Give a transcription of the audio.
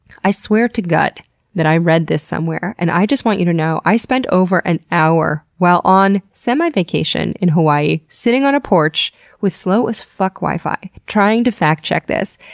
i swear to gut that i read this somewhere, and i just want you to know that i spent over an hour while on semi-vacation in hawaii, sitting on a porch with slow-as fuck wifi, trying to fact check this.